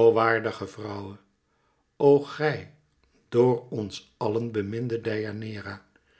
o waardige vrouwe o gij door ons àllen beminde